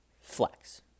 Flex